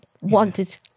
wanted